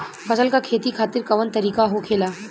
फसल का खेती खातिर कवन तरीका होखेला?